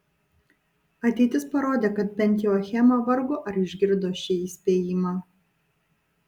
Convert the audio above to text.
ateitis parodė kad bent jau achema vargu ar išgirdo šį įspėjimą